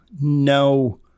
no